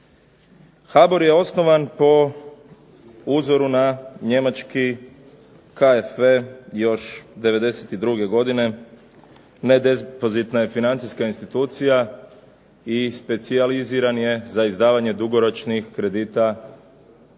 HABOR je osnovan po uzoru na njemački KFE još '92. godine, …/Ne razumije se./… je financijska institucija i specijaliziran je za izdavanje dugoročnih kredita